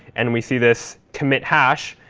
and we see this commit hash,